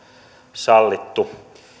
sallittu